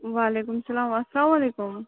وَعلیکُم سَلام اَسَلامُ علیکُم